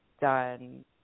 done